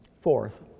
Fourth